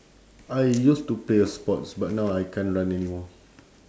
I used to play a sports but now I can't run anymore